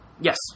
Yes